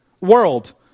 world